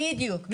בדיוק.